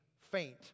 faint